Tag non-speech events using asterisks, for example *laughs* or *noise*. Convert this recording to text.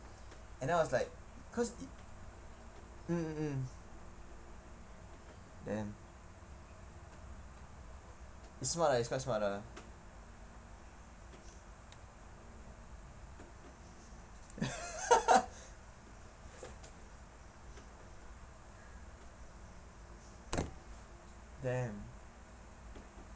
and then I was like because mm mm damn it's smart ah it's quite smart ah *laughs* damn